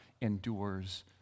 endures